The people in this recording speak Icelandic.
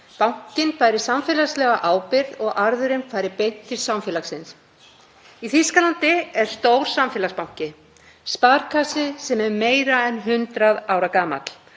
Bankinn bæri samfélagslega ábyrgð og arðurinn færi beint til samfélagsins. Í Þýskalandi er stór samfélagsbanki, Sparkasse, sem er meira en 100 ára gamall.